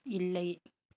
இல்லை